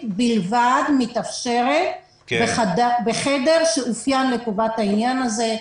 בלבד ומתאפשרת בחדר שאופיין לטובת העניין הזה.